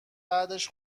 بعدش